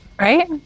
Right